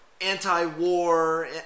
anti-war